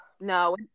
no